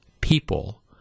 people